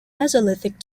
mesolithic